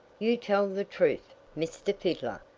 you tell the truth, mr. fiddler.